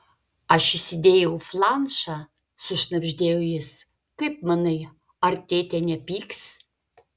aš įsidėjau flanšą sušnabždėjo jis kaip manai ar tėtė nepyks